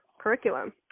curriculum